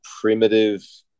primitive